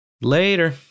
Later